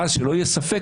ואז שלא יהיה ספק,